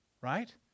right